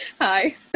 Hi